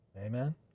amen